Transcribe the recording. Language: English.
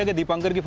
and deepankar